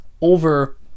over